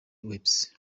webs